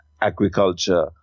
agriculture